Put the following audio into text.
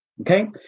Okay